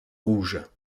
rouges